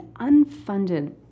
unfunded